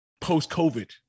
post-COVID